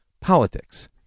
politics